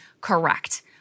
correct